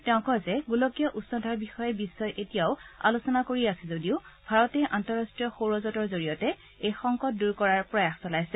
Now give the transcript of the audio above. তেওঁ কয় যে গোলকীয় উষ্ণতাৰ বিষয়ে বিশ্বই এতিয়াও আলোচনা কৰি আছে যদিও ভাৰতে আন্তঃৰাষ্টীয় সৌৰজেঁটৰ জৰিয়তে এই সংকট দূৰ কৰাৰ প্ৰয়াস চলাইছে